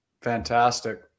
Fantastic